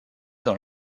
dans